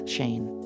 Shane